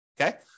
Okay